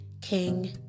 king